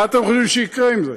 מה אתם חושבים שיקרה עם זה?